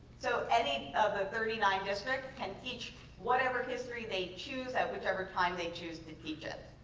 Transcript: so any of the thirty nine districts can teach whatever history they choose at whichever time they choose to teach it.